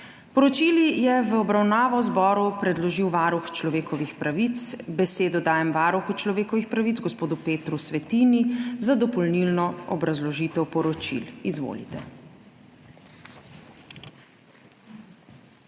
Poročili je v obravnavo zboru predložil Varuh človekovih pravic. Besedo dajem varuhu človekovih pravic, gospodu Petru Svetini, za dopolnilno obrazložitev poročil. Izvolite.